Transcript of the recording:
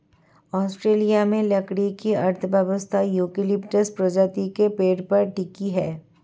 Australia में लकड़ी की अर्थव्यवस्था यूकेलिप्टस प्रजाति के पेड़ पर टिकी है